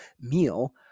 meal